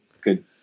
good